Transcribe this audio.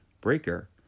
Breaker